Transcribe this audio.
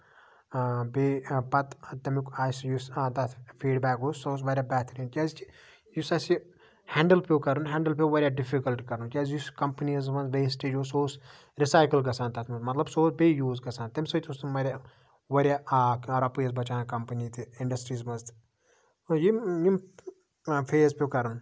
بیٚیہِ پَتہٕ تَمیُک اَسہِ یُس تَتھ فیٖڈ بیک اوس سُہ اوس واریاہ بہتٔریٖن کیازِ کہِ یُس اَسہِ ہٮ۪نڈٔل پیوٚو کَرُن ہٮ۪نڈٕل پیوٚو واریاہ ڈِفِکلٹ کَرُن کیازِ کہِ یُس کَمپٔنیٖز منٛز ویسٹیج اوس سُہ اوس رِسایکل گژھان تَتھ منٛز مطلب سُہ اوس بیٚیہِ یوٗز گژھان تَمہِ سۭتۍ اوس تِم واریاہ واریاہ رۄپیہِ ٲسۍ بَچان کَمپٔنی تہِ اِنڈَسٹریٖز منٛز تہِ یِم یِم فیس پیوٚو کَرُن